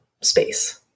space